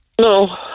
No